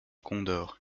condor